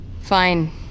Fine